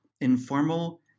informal